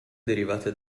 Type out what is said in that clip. derivate